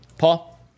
Paul